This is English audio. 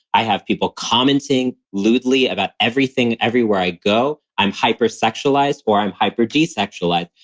i have people commenting lewdly about everything. everywhere i go, i'm hyper sexualized or i'm hyper desexualized.